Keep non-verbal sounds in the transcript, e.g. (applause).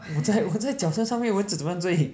我在我在脚车上面蚊子怎么追 (laughs)